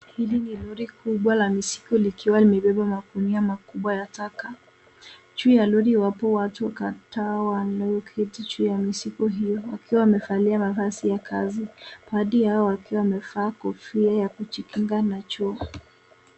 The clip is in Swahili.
Hili ni lori kubwa la mizigo likiwa limebeba magunia makubwa ya taka. Juu ya lori wapo watu kadhaa wanaoketi juu ya mizigo hiyo wakiwa wamevalia mavazi ya kazi, baadhi yao wakiwa wamevaa kofia ya kujikinga na jua.